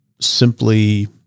simply